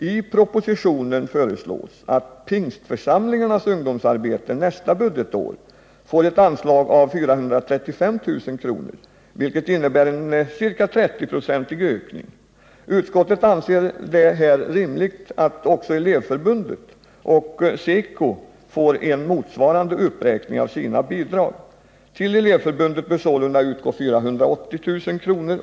I propositionen föreslås att Pingstförsamlingarnas ungdomsarbete nästa budgetår får ett anslag av 435 000 kr., vilket innebär en ca 30-procentig ökning. Utskottet anser det rimligt att också Elevförbundet och SECO får en motsvarande uppräkning av sina bidrag. Till Elevförbundet bör sålunda utgå 480 000 kr.